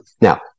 Now